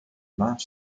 mains